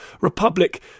republic